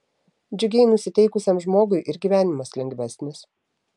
džiugiai nusiteikusiam žmogui ir gyvenimas lengvesnis